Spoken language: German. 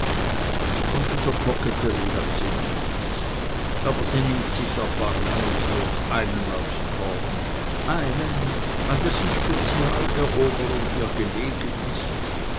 von dieser koketterie hat sie nichts aber sie nimmt sich erbarmungslos einen aufs korn einen an dessen spezialeroberung ihr gelegen ist